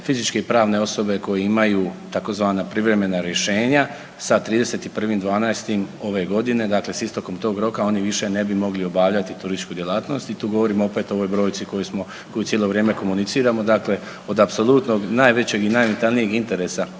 fizičke i pravne osobe koje imaju tzv. privremena rješenja sa 31.12. ove godine, dakle s istekom tog roka oni više ne bi mogli obavljati turističku djelatnost i tu govorim opet o ovoj brojci koju smo, koju cijelo vrijeme komuniciramo. Dakle, od apsolutno najvećeg i najvitalnijeg interesa